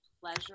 pleasure